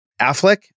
Affleck